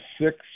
six